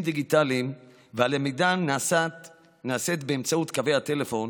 דיגיטליים הלמידה נעשית באמצעות קווי הטלפון,